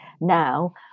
now